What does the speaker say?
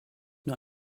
nur